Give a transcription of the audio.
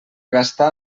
gastar